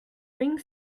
being